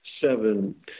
seven